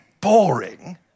boring